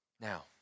Now